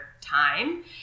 time